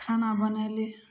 खाना बनेली